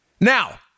Now